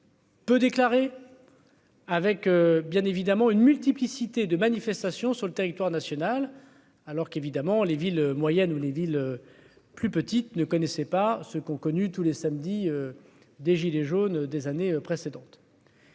Peut déclarer avec bien évidemment une multiplicité de manifestations sur le territoire national. Alors qu'évidemment les villes moyennes ou les villes plus petites ne connaissait pas ce qu'ont connue tous les samedis, DJ, des jaunes, des années précédentes.